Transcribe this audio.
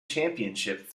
championship